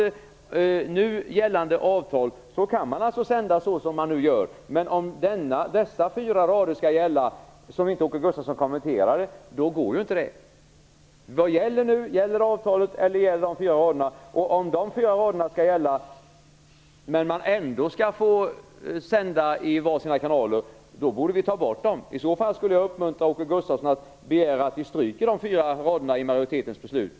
Med nu gällande avtal kan man sända som man nu gör. Om dessa fyra rader skall gälla, vilket Åke Gustavsson inte kommenterade, går det inte. Vad är det som gäller? Gäller avtalet eller gäller de fyra raderna? Om man skall få sända som man gör i dag trots att de fyra raderna gäller borde vi ta bort dessa rader. Jag skulle i så fall vilja uppmuntra Åke Gustavsson att begära att vi stryker de fyra raderna i majoritetens beslut.